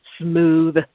smooth